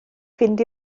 fynd